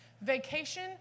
vacation